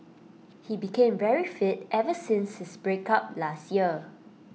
he became very fit ever since his breakup last year